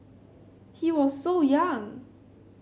he was so young